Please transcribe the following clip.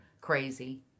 crazy